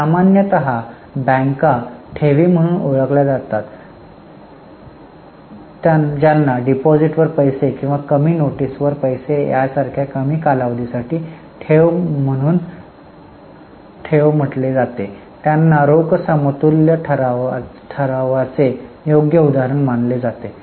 सामान्यत बँका ठेवी म्हणून ओळखल्या जातात ज्यांना डिपॉझिटवर पैसे किंवा कमी नोटीसवर पैसे यासारख्या कमी कालावधीसाठी ठेव म्हणून ठेव म्हटले जाते त्यांना रोख समतुल्य ठरावाचे योग्य उदाहरण मानले जाते